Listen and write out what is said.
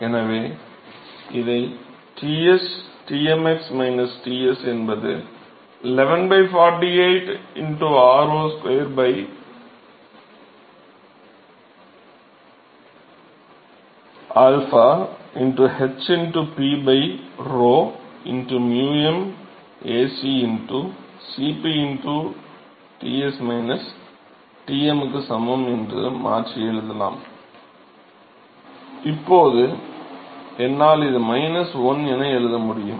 எனவே இதை Ts Tmx Ts என்பது 11 48 r0 2 𝝰 h P 𝝆 um Ac Cp க்கு சமம் என்று மாற்றி எழுதலாம் இப்போது என்னால் இது 1 என எழுத முடியும்